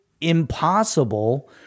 impossible